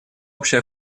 общей